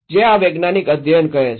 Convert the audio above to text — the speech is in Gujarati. જે આ વૈજ્ઞાનિક અધ્યયન કહે છે